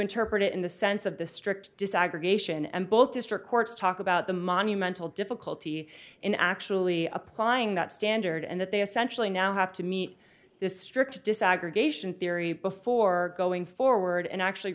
interpret it in the sense of the strict desegregation and both district courts talk about the monumental difficulty in actually applying that standard and that they essentially now have to meet this strict desegregation theory before going forward and actually